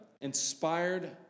Inspired